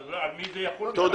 אז על מי זה יחול?